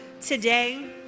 Today